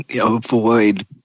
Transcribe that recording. avoid